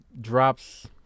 drops